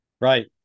Right